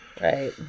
right